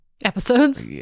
Episodes